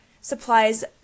supplies